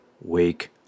wake